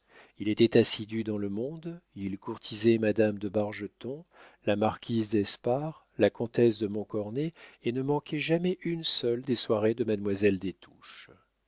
il était assidu dans le monde il courtisait madame de bargeton la marquise d'espard la comtesse de montcornet et ne manquait jamais une seule des soirées de mademoiselle des touches